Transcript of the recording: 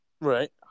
Right